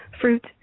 fruit